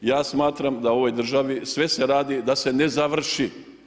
Ja smatram da u ovoj državi sve se radi da se ne završi.